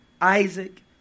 Isaac